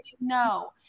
No